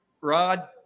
Rod